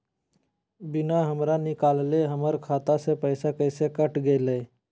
बिना हमरा निकालले, हमर खाता से पैसा कैसे कट गेलई?